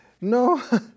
No